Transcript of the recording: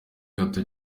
gato